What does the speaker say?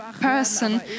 person